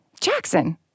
Jackson